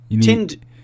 Tinned